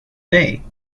day